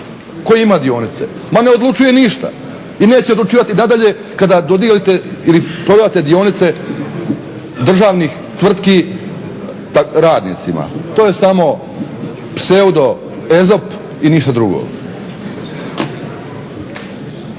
Tko ima dionice? Ma ne odlučuje ništa i neće odlučivati nadalje kada dodijelite ili prodate dionice državnih tvrtki radnicima. To je samo pseudo Ezop i ništa drugo.